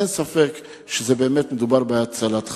אין ספק שבאמת מדובר בהצלת חיים.